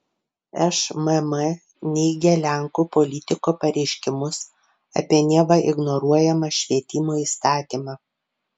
šmm neigia lenkų politiko pareiškimus apie neva ignoruojamą švietimo įstatymą